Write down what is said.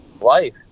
life